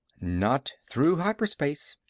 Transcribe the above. not through hyperspace.